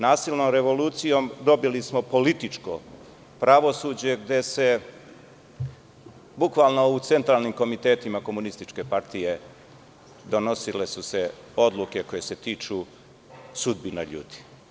Nasilnom revolucijom dobili smo političko pravosuđe gde se bukvalno u centralnim komitetima komunističke partije donosile su se odluke koje se tiču sudbina ljudi.